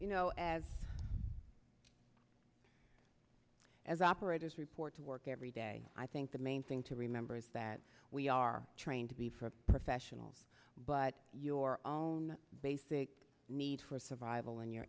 ou know as as operators report to work every day i think the main thing to remember is that we are trained to be for professionals but your basic need for survival and your